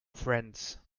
friends